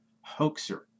hoaxer